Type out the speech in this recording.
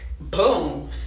boom